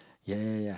yeah yeah yeah yeah